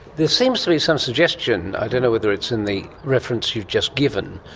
there seems to be some suggestion, i don't know whether it's in the reference you've just given,